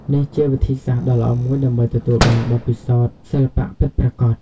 នេះជាវិធីសាស្រ្តដ៏ល្អមួយដើម្បីទទួលបានបទពិសោធន៍សិល្បៈពិតប្រាកដ។